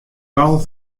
tal